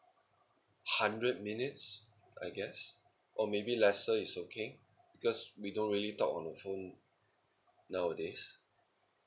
hundred minutes I guess or maybe lesser is okay because we don't really talk on the phone nowadays